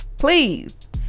please